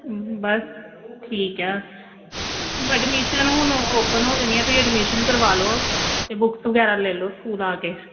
ਬਸ ਠੀਕ ਆ ਬਡਮੀਸ਼ਨ ਹੁਣ ਓਪਨ ਹੋ ਜਾਣੀ ਆ ਤੁਸੀਂ ਐਡਮਿਸ਼ਨ ਕਰਵਾ ਲਓ ਅਤੇ ਬੁੱਕਸ ਵਗੈਰਾ ਲੈ ਲਓ ਸਕੂਲ ਆ ਕੇ